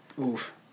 Oof